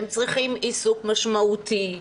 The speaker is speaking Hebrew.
הם צריכים עיסוק משמעותי,